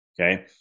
okay